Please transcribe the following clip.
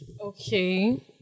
Okay